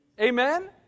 Amen